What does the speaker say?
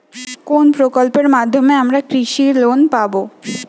কোন প্রকল্পের মাধ্যমে আমরা কৃষি লোন পাবো?